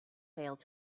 failed